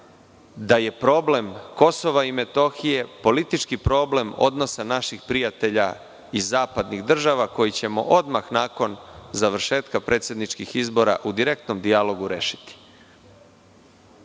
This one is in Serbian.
da je problem Kosova i Metohije politički problem odnosa naših prijatelja iz zapadnih država, koji ćemo odmah nakon završetka predsedničkih izbora u direktnom dijalogu